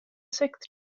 sixth